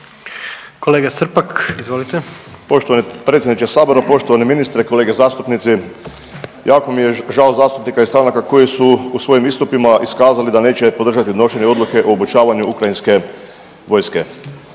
**Srpak, Dražen (HDZ)** Poštovani predsjedniče sabora, poštovani ministre, kolege zastupnici. Jako mi je žao zastupnika i stranaka koji su u svojim istupima iskazali da neće podržati donošenje odluke o obučavanju ukrajinske vojske.